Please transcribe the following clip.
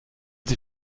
sie